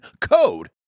code